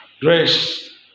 Grace